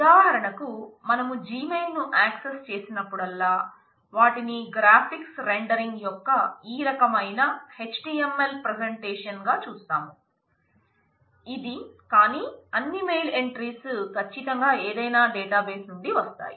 ఉదాహరణకు మనం Gmail ను యాక్సెస్ చేసినప్పుడల్లా వాటిని గ్రాఫిక్స్ రెండరింగ్ నుండి వస్తాయి